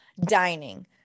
dining